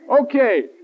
Okay